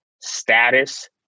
status